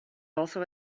also